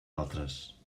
altres